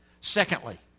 Secondly